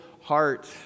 heart